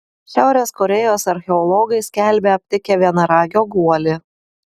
šiaurės korėjos archeologai skelbia aptikę vienaragio guolį